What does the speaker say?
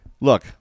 Look